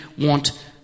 want